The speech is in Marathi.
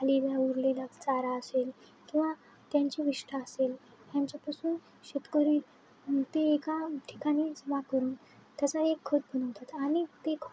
खालील उरलेला चारा असेल किंवा त्यांची विष्ठा असेल ह्यांच्यापासून शेतकरी ते एका ठिकाणी जमा करून त्याचा एक खत बनवतात आणि ते खत